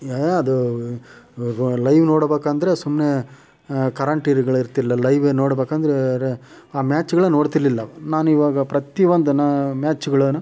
ಅದು ಲೈವ್ ನೋಡಬೇಕೆಂದ್ರೆ ಸುಮ್ಮನೆ ಕರೆಂಟು ಇರ್ ಗಳಿರ್ತಿರ್ಲಿಲ್ಲ ಲೈವೇ ನೋಡ್ಬೇಕೆಂದ್ರೆ ರ್ ಆ ಮ್ಯಾಚುಗಳೇ ನೋಡ್ತಿರ್ಲಿಲ್ಲ ನಾನಿವಾಗ ಪ್ರತಿ ಒಂದನ್ನು ಮ್ಯಾಚುಗಳನ್ನು